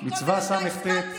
מכל מלמדיי השכלתי,